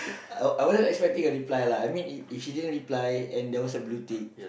I I wasn't expecting a reply lah I mean if if she didn't reply and there was a blue tick